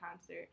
concert